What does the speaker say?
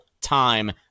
time